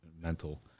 mental